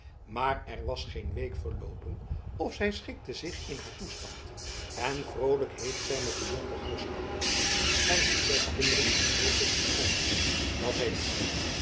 maar er was geen week verloopen of zij schikte zich in haar toestand en vroolijk heeft zij met den jonker huisgehouden en hem zes kinderen als wolken geschonken dat heeft zij